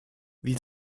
wie